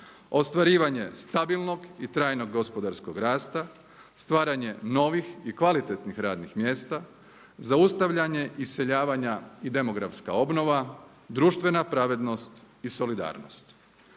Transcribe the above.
ostvarivanje stabilnog i trajnog gospodarskog rasta, stvaranje novih i kvalitetnih radnih mjesta, zaustavljanje iseljavanja i demografska obnova, društvena pravednost i solidarnost.